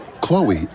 Chloe